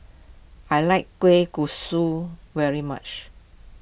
I like Kueh Kosui very much